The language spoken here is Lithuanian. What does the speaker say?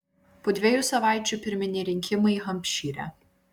po dviejų savaičių pirminiai rinkimai hampšyre